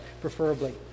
preferably